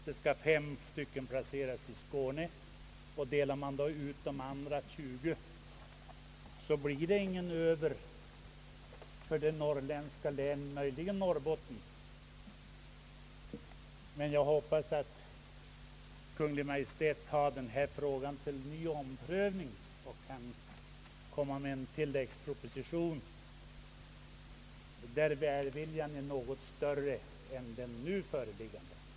Fem konsulenter skall placeras i Skåne, och fördelar man de andra tjugo konsulenterna på de övriga lantbruksnämnderna, blir det ingen över för de norrländska länen. Jag hoppas emellertid att Kungl. Maj:t tar upp denna fråga till förnyad prövning och framlägger en tilläggsproposition, där välviljan i detta avseende är något större än den som kommit till uttryck i den nu föreliggande propositionen.